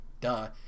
Duh